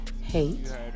hate